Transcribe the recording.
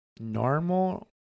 normal